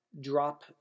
drop